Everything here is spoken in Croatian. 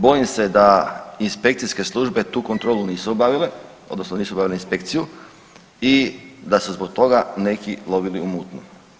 Bojim se da inspekcijske službe tu kontrolu nisu obavile, odnosno nisu obavile inspekciju i da su zbog toga neki lovili u mutnom.